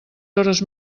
hores